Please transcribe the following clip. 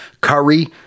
Curry